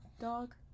dog